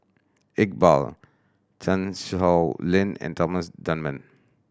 Iqbal Chan Sow Lin and Thomas Dunman